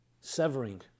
severing